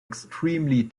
extremely